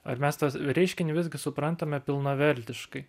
ar mes tas reiškinį visgi suprantame pilnavertiškai